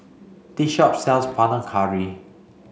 this shop sells Panang Curry